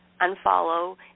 unfollow